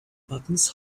buttons